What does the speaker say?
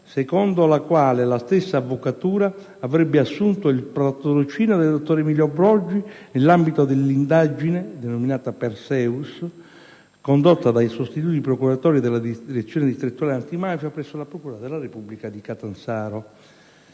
secondo la quale la stessa Avvocatura avrebbe assunto il patrocinio del dottor Emilio Brogi nell'ambito dell'indagine, denominata «Perseus», condotta dai sostituti procuratori della Direzione distrettuale antimafia presso la procura della Repubblica di Catanzaro.